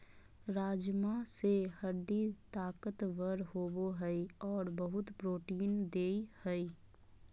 राजमा से हड्डी ताकतबर होबो हइ और बहुत प्रोटीन देय हई